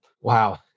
Wow